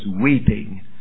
weeping